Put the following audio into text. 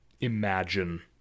imagine